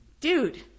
Dude